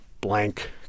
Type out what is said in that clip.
blank